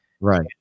Right